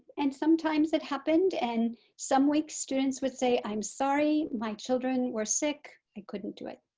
and sometimes it happened and some weeks students would say i'm sorry my children were sick, i couldn't do it.